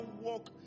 walk